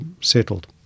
settled